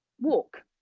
walk